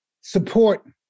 support